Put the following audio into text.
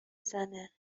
زنه